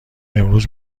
امروز